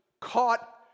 caught